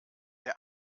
der